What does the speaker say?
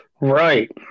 Right